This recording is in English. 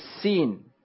seen